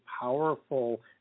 powerful